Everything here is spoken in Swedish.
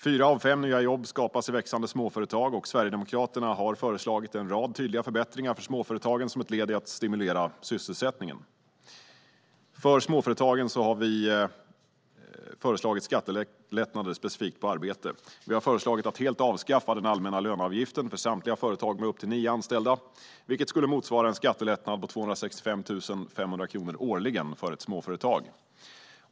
Fyra av fem nya jobb skapas i växande småföretag, och Sverigedemokraterna har föreslagit en rad tydliga förbättringar för småföretagen som ett led i att stimulera sysselsättningen. Sverigedemokraterna har föreslagit skattelättnader för småföretag, specifikt på arbete. Vi har föreslagit att man helt avskaffar den allmänna löneavgiften för samtliga företag med upp till nio anställda. Det skulle motsvara en skattelättnad på 265 500 kronor årligen för ett småföretag.